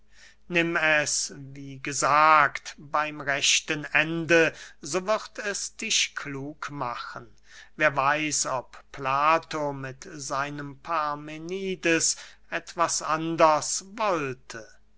nimm es wie gesagt beym rechten ende so wird es dich klug machen wer weiß ob plato mit seinem parmenides etwas anders wollte